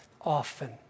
often